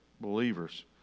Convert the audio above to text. believers